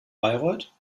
bayreuth